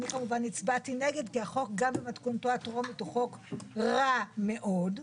אני כמובן הצבעתי נגד כי החוק גם במתכונתו הטרומית הוא חוק רע מאוד,